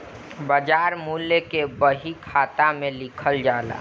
बाजार मूल्य के बही खाता में लिखल जाला